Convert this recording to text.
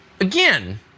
again